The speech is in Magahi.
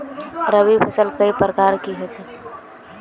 रवि फसल कई प्रकार होचे?